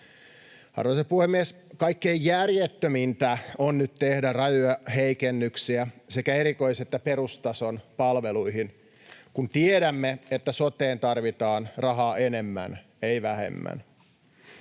Arvoisa puhemies! Kaikkein järjettömintä on nyt tehdä rajuja heikennyksiä sekä erikois- että perustason palveluihin, kun tiedämme, että soteen tarvitaan rahaa enemmän, ei vähemmän.